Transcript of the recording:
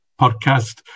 podcast